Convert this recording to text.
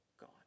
gone